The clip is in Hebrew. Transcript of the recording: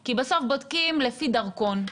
כי בסוף בודקים לפי דרכון,